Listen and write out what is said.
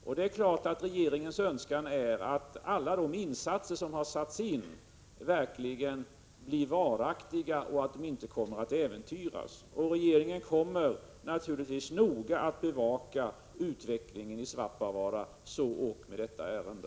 Det är självklart att regeringens önskan är att alla de insatser som har gjorts verkligen skall bli varaktiga och inte kommer att äventyras. Regeringen kommer naturligtvis att noga bevaka utvecklingen i Svappavaara, så ock med detta ärende.